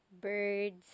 birds